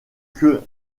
que